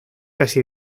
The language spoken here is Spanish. casi